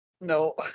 No